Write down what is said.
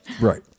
Right